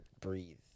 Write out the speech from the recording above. breathe